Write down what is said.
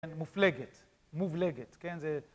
מופלגת, מובלגת, כן? זה...